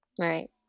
Right